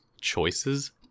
choices